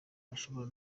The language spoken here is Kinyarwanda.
bashobora